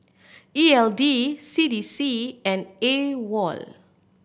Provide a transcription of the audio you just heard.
E L D C D C and AWOL